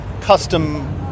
custom